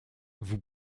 vous